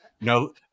no